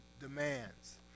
demands